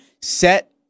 set